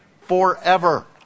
forever